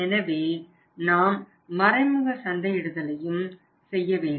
எனவே நாம் மறைமுக சந்தையிடுதலையும் செய்ய வேண்டும்